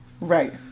Right